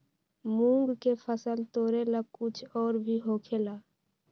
मूंग के फसल तोरेला कुछ और भी होखेला?